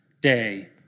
day